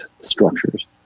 structures